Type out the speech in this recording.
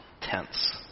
tense